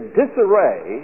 disarray